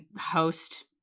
host